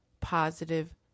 positive